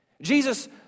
Jesus